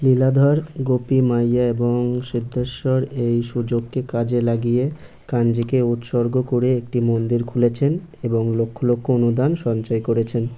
লীলাধর গোপী মাইয়া এবং সিদ্ধেশ্বর এই সুযোগকে কাজে লাগিয়ে কাঞ্জিকে উৎসর্গ করে একটি মন্দির খুলেছেন এবং লক্ষ লক্ষ অনুদান সঞ্চয় করেছেন